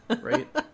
right